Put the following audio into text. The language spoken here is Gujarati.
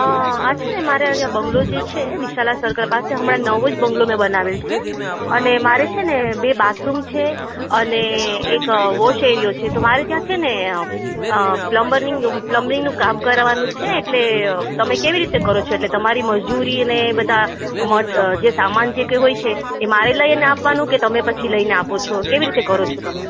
અ આ છે ને મારે આ જે બંગલો જે છે વિશાલા સર્કલ પાસે હમણાં નવો જ બંગલો મેં બનાવેલો અને મારે છે ને બે બાથરૂમ છે અને એક વોશ એરીયો છે તો મારે છે ત્યાં છે ને પ્લમબેરિંગ પ્લમ્બિંગનું કામ કરાવવાનું છે એટલે તમે કેવી રીતે કરો છો એટલે તમારી મજૂરીને એ બધા મટ જે સામાન જે કંઈ હોય છે એ મારે લઈને આપવાનું કે તમે પછી લઈને આપો છો કેવી રીતે કરો છો તમે